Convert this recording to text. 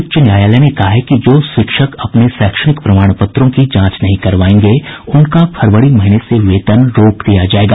उच्च न्यायालय ने कहा है कि जो शिक्षक अपने शैक्षणिक प्रमाण पत्रों की जांच नहीं करवायेंगे उनका फरवरी महीने से वेतन रोक दिया जायेगा